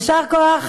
יישר כוח,